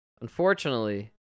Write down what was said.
Unfortunately